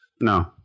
No